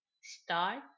start